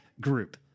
group